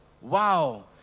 Wow